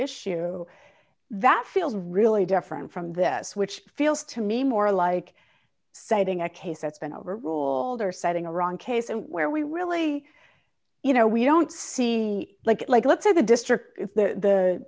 issue that feels really different from this which feels to me more like citing a case that's been overruled or setting a wrong case where we really you know we don't see like like let's say the district th